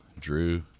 Drew